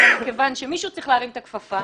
אלא מכיוון שמישהו צריך להרים את הכפפה.